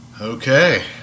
Okay